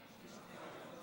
סעיף 1 נתקבל.